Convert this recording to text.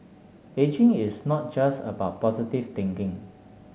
ageing is not just about positive thinking